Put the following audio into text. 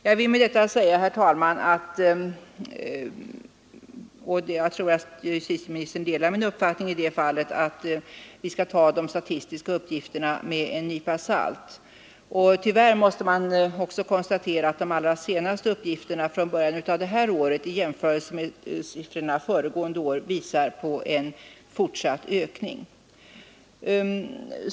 Jag vill med detta säga — och jag tror att justitieministern delar min uppfattning i detta fall — att vi skall ta de statistiska uppgifterna med en nypa salt. Tyvärr måste man också konstatera att de allra senaste uppgifterna, från början av detta år, i jämförelse med siffrorna från föregående år visar på en fortsatt ökning.